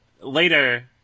later